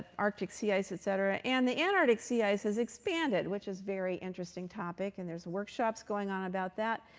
arctic sea ice, et cetera. and the antarctic sea ice has expanded, which is very interesting topic. and there's workshops going on about that.